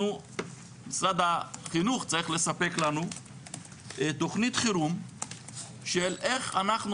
משרד החינוך צריך לספק לנו תכנית חירום של איך אנחנו